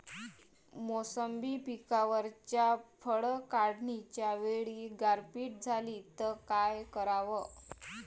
मोसंबी पिकावरच्या फळं काढनीच्या वेळी गारपीट झाली त काय कराव?